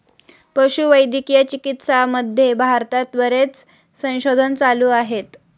पशुवैद्यकीय चिकित्सामध्ये भारतात बरेच संशोधन चालू आहे